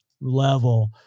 level